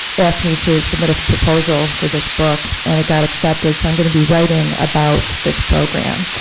asked me to submit a proposal for this book and it got accepted, so i'm gonna be writing about this program,